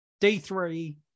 D3